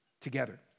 together